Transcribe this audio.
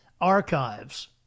archives